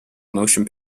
motion